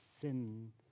sin